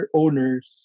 owners